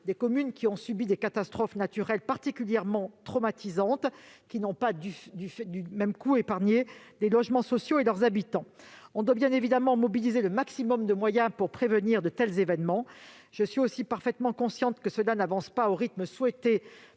communes ont subi des catastrophes naturelles particulièrement traumatisantes, lesquelles n'ont pas épargné les logements sociaux et leurs habitants. Nous devons, bien évidemment, mobiliser le maximum de moyens pour prévenir de tels événements. Je suis parfaitement consciente que cela n'avance pas au rythme souhaité